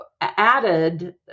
added